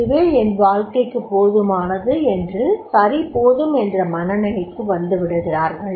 இதுவே என் வாழ்க்கைக்கு போதுமானது என்று சரி போதும் என்ற மனநிலைக்கு வந்துவிடுகிறார்கள்